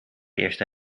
eerste